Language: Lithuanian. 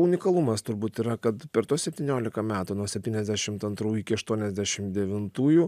unikalumas turbūt yra kad per tuos septyniolika metų nuo septyniasdešimt antrų iki aštuoniasdešim devintųjų